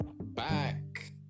back